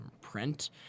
print